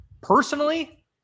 Personally